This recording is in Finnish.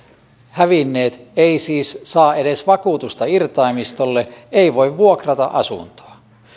hävinneet ei siis saa edes vakuutusta irtaimistolle ei voi vuokrata asuntoa